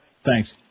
Thanks